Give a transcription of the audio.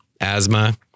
asthma